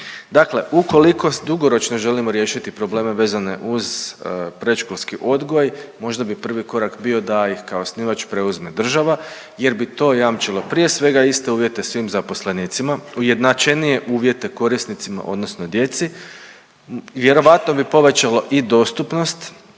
Dakle, ukoliko dugoročno želimo riješiti probleme vezane uz predškolski odgoj, možda bi prvi korak bio da ih kao osnivač preuzme država, jer bi to jamčilo prije svega iste uvjete svim zaposlenicima. Ujednačenije uvjete korisnicima odnosno djeci, vjerojatno bi povećalo i dostupnost.